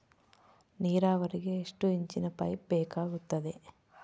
ನೇರಾವರಿಗೆ ಎಷ್ಟು ಇಂಚಿನ ಪೈಪ್ ಬೇಕಾಗುತ್ತದೆ?